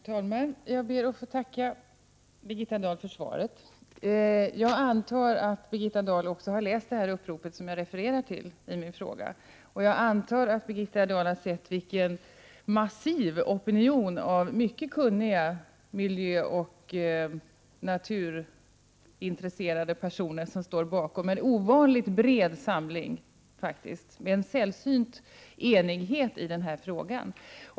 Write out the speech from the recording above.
Herr talman! Jag ber att få tacka Birgitta Dahl för svaret. Jag antar att även Birgitta Dahl har läst det upprop som jag refererade till i min fråga. Jag antar också att Birgitta Dahl har sett vilken massiv opinion av mycket kunniga miljöoch naturintresserade personer som står bakom det, en ovanligt bred samling faktiskt med en sällsynt enighet i denna fråga.